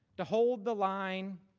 to hold the line